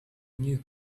new